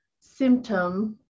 symptom